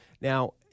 Now